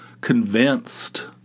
convinced